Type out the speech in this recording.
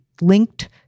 linked